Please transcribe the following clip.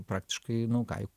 praktiškai nu ką jau